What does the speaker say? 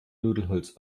nudelholz